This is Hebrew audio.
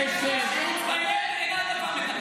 לשירות צבאי אין העדפה מתקנת.